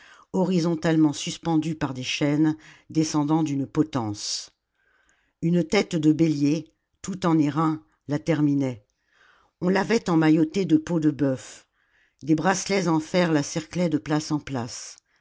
horizontalement suspendue par des chaînes descendant d'une potence une tête de bélier toute en airain la terminait on l'avait emmaillotée de peaux de bœuf des bracelets en fer la cerclaient de place en place